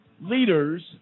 Leaders